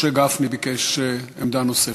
משה גפני ביקש עמדה נוספת.